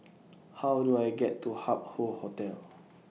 How Do I get to Hup Hoe Hotel